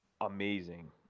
amazing